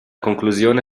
conclusione